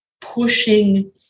pushing